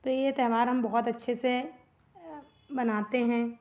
तो ये त्यौवहार हम बहुत अच्छे से मनाते हैं